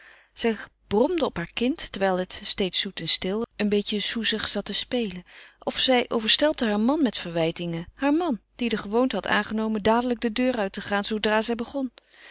zij bromde op haar kind terwijl het steeds zoet en stil een beetje soezig zat te spelen of zij overstelpte haar man met verwijtingen haar man die de gewoonte had aangenomen dadelijk de deur uit te gaan zoodra zij begon